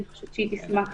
אני חושבת שהיא תשמח